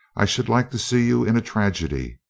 i should like to see you in a tragedy.